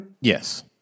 Yes